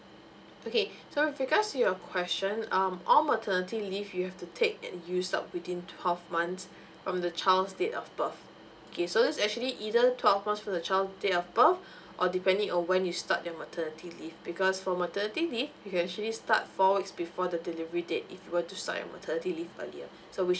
okay so with regard to your question um all maternity leave you have to take and use up within twelve months from the child date of birth okay so this actually either twelve months from the child date of birth or depending on when you start the maternity leave because for maternity leave you can actually start four week before the delivery date if you were to start the maternity leave earlier so which